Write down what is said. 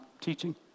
teaching